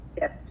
Yes